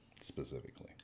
specifically